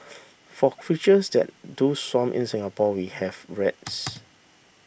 for creatures that do swarm in Singapore we have rats